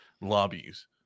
lobbies